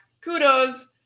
kudos